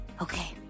Okay